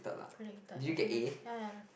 put in the effort meh ya ya ya